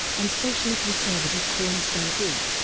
and socially conservative cornerstone group.